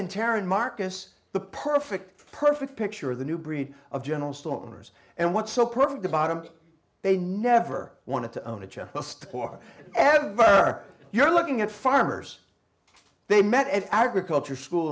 and terran marcus the perfect perfect picture of the new breed of general store owners and what so perfect the bottom they never want to own a chair or ever you're looking at farmers they met at agriculture school